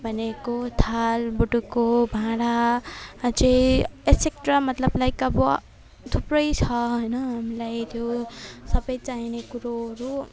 भनेको थाल बटुको भाँडा अझ एसेक्ट्रा मतलब लाइक अब थुप्रै छ होइन हामीलाई त्यो सबै चाहिने कुरोहरू